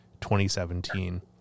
2017